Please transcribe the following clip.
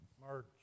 March